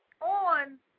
on